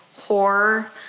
horror